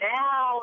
now